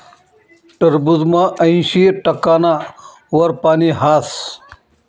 टरबूजमा ऐंशी टक्काना वर पानी हास